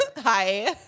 Hi